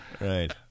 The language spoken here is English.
Right